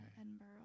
Edinburgh